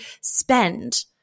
spend